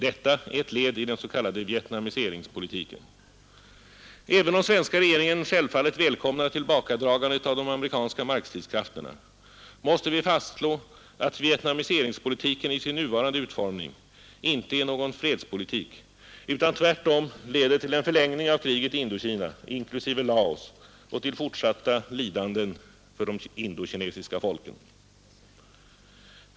Detta är ett led i den s.k. vietnamiseringspolitiken. Även om svenska regeringen självfallet välkomnar tillbakadragandet av de amerikanska markstridskrafterna, måste vi fastslå att vietnamiseringspolitiken i sin nuvarande utformning inte är någon fredspolitik utan tvärtom leder till en förlängning av kriget i Indokina, inklusive Laos, och till fortsatta lidanden för de indokinesiska folken.